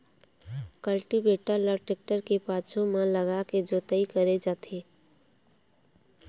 cultivator ल tractor के पाछू म लगाके जोतई करे जाथे